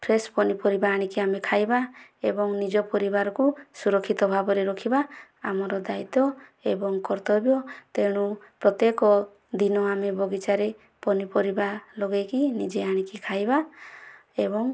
fresh ପନିପରିବା ଆଣିକି ଆମେ ଖାଇବା ଏବଂ ନିଜ ପରିବାରକୁ ସୁରକ୍ଷିତ ଭାବରେ ରଖିବା ଆମର ଦାୟିତ୍ବ ଏବଂ କର୍ତ୍ତବ୍ୟ ତେଣୁ ପ୍ରତ୍ୟକ ଦିନ ଆମେ ବଗିଚାରେ ପନିପରିବା ଲଗେଇକି ନିଜେ ଆଣିକି ଖାଇବା ଏବଂ